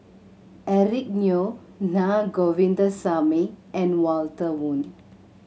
Eric Neo Naa Govindasamy and Walter Woon